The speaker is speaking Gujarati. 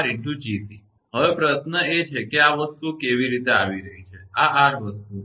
𝐺𝑐 હવે પ્રશ્ન એ છે કે આ વસ્તુઓ કેવી રીતે આવી રહી છે આ 𝑟 વસ્તુમાં